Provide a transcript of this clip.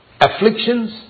Afflictions